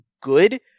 good –